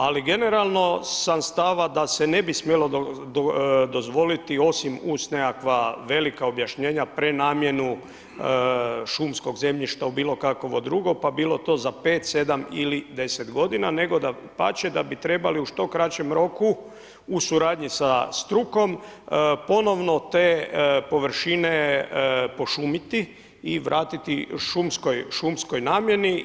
Ali, generalno sam stava, da se ne bi smijalo dozvoliti, osim uz nekakva velika objašnjenja prenamjeru šumskog zemljišta u bilo kakvo drugo, pa bilo to za 5, 7 ili 10 g. nego dapače, da bi trebali u što kraćem roku, u suradnji sa strukom, ponovno te površine, pošumiti i vratiti šumskoj namjeni.